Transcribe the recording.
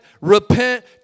repent